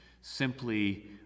simply